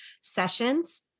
sessions